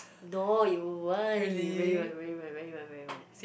no you won't you really won't really won't really won't really won't really won't